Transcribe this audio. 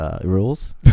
rules